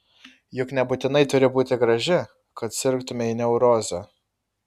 juk nebūtinai turi būti graži kad sirgtumei neuroze